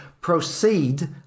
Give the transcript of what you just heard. proceed